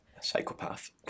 Psychopath